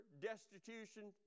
destitution